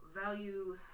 Value